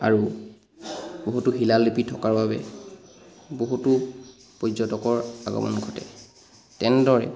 আৰু বহুতো শিলালিপি থকা বাবে বহুতো পৰ্যটকৰ আগমন ঘটে তেনেদৰে